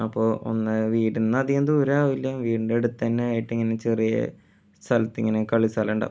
അപ്പോൾ ഒന്ന് വീട്ടിൽ നിന്ന് അധികം ദൂരാവൂല്ല വീടിൻ്റെ അടുത്ത് തന്നെ ആയിട്ട് ഇങ്ങനെ ചെറിയ സ്ഥലത്തിങ്ങനെ കളിസ്ഥലം ഉണ്ടാകും